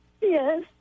Yes